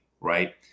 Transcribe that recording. right